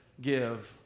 give